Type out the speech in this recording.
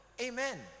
Amen